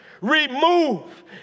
remove